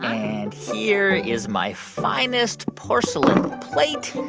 and here is my finest porcelain plate.